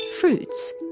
fruits